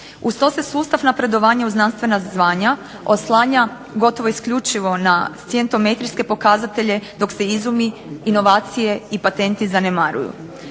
Uz to se sustav napredovanja u znanstvena zvanja oslanja gotovo isključivo na scientometrijske pokazatelje dok se izumi, inovacije i patenti zanemaruju.